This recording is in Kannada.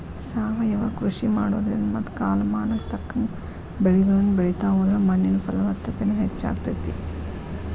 ಸಾವಯವ ಕೃಷಿ ಮಾಡೋದ್ರಿಂದ ಮತ್ತ ಕಾಲಮಾನಕ್ಕ ತಕ್ಕಂಗ ಬೆಳಿಗಳನ್ನ ಬೆಳಿತಾ ಹೋದ್ರ ಮಣ್ಣಿನ ಫಲವತ್ತತೆನು ಹೆಚ್ಚಾಗ್ತೇತಿ